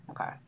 Okay